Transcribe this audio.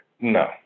No